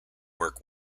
work